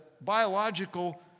biological